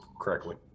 correctly